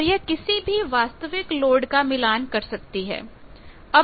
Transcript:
और यह किसी भी वास्तविक लोड का मिलान कर सकती है